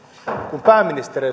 kun pääministeri